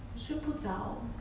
我睡不着